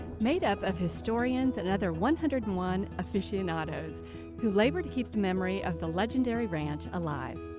made up of historians and other one hundred and one aficionados who labor to keep the memory of the legendary ranch alive.